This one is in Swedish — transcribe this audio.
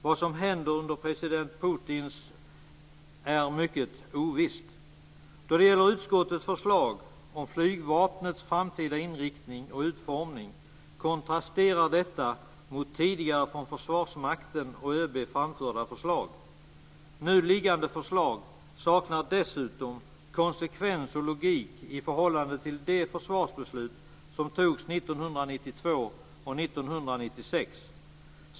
Vad som händer under president Putin är mycket ovisst. Då det gäller utskottets förslag om flygvapnets framtida inriktning och utformning kontrasterar detta mot tidigare från Försvarsmakten och ÖB framförda förslag. Nu liggande förslag saknar dessutom konsekvens och logik i förhållande till de försvarsbeslut som togs 1992 och 1996.